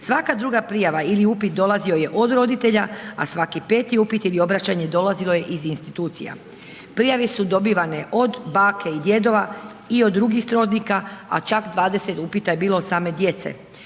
Svaka druga prijava ili upit dolazio je od roditelja, a svaki peti upit ili obraćanje dolazilo je iz institucija. Prijave su dobivane od bake i djedova i od drugih srodnika, a čak 20 upita je bilo od same djece.